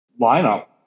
lineup